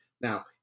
Now